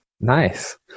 Nice